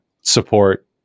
support